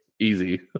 easy